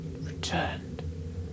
returned